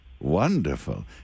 Wonderful